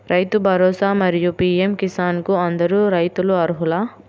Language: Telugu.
రైతు భరోసా, మరియు పీ.ఎం కిసాన్ కు అందరు రైతులు అర్హులా?